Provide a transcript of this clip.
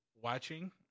watching